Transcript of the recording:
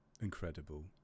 Incredible